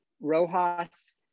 Rojas